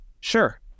Sure